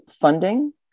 funding